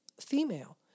female